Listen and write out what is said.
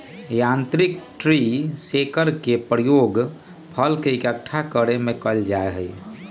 यांत्रिक tree shaker के प्रयोग फल के इक्कठा करे में कइल जाहई